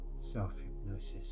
self-hypnosis